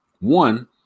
One